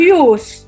use